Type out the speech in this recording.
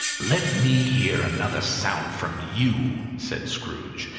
let me hear another sound from you, said scrooge,